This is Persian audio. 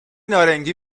نارنگی